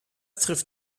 trifft